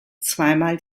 zweimal